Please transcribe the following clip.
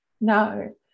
No